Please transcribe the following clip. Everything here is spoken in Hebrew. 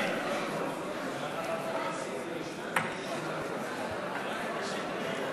זה, שלך מלפני שנה.